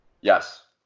Yes